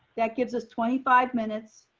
that gives us twenty five minutes